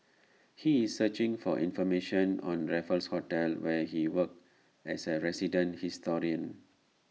he is searching for information on Raffles hotel where he works as A resident historian